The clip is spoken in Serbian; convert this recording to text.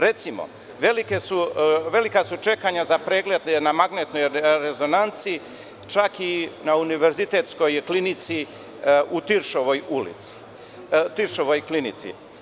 Recimo, velika su čekanja za preglede na magnetnoj rezonanci, čak i na Univerzitetskoj klinici u Tiršovoj klinici.